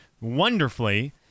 wonderfully